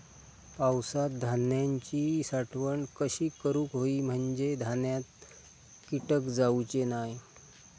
पावसात धान्यांची साठवण कशी करूक होई म्हंजे धान्यात कीटक जाउचे नाय?